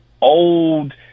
old